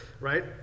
right